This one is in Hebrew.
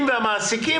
והמעסיקים.